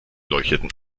leuchteten